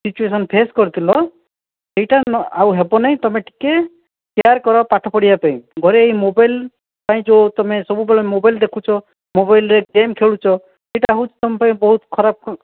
situation face କରିଥିଲ ସେଇଟା ନ ଆଉ ହେବ ନାହିଁ ତମେ ଟିକିଏ କେଆର୍ କର ପାଠ ପଢ଼ିବା ପାଇଁ ଘରେ ଏଇ ମୋବାଇଲ୍ ପାଇଁ ଯେଉଁ ତୁମେ ସବୁବେଳେ ମୋବାଇଲ୍ ଦେଖୁଛ ମୋବାଇଲ୍ରେ ଗେମ୍ ଖେଳୁଛ ସେଇଟା ସେଇଟା ହେଉଛି ତୁମ ପାଇଁ ବହୁତ ଖରାପ